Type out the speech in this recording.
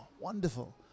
wonderful